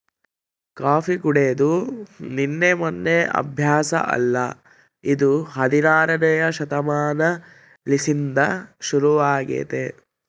coffee ಕುಡೆದು ನಿನ್ನೆ ಮೆನ್ನೆ ಅಭ್ಯಾಸ ಅಲ್ಲ ಇದು ಹದಿನಾರನೇ ಶತಮಾನಲಿಸಿಂದ ಶುರುವಾಗೆತೆ